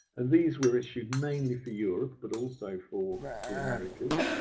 and these were issued mainly for europe, but also for the americas.